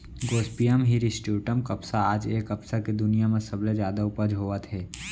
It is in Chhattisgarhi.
गोसिपीयम हिरस्यूटॅम कपसा आज ए कपसा के दुनिया म सबले जादा उपज होवत हे